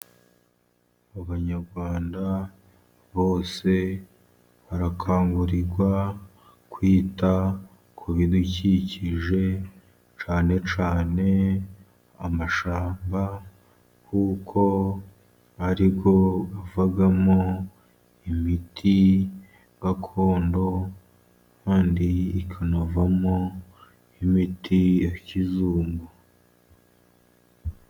Abanyarwanda bose barakangurirwa kwita ku bidukikije, cyane cyane amashyamba, kuko ariyo avamo imiti gakondo, kandi akanavamo nk'imiti ya kizungu.